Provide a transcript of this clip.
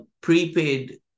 prepaid